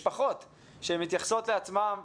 משפחות שמתייחסות לעצמן,